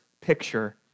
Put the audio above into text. picture